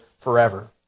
forever